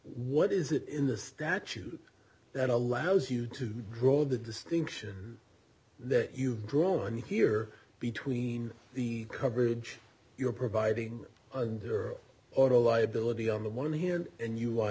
what is it in the statute that allows you to draw the distinction that you've drawn here between the coverage you're providing and your auto liability on the one hand and you i